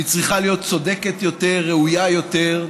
היא צריכה להיות צודקת יותר, ראויה יותר,